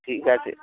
ঠিক আছে